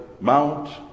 Mount